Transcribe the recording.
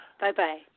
Bye-bye